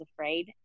afraid